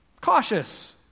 Cautious